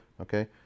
Okay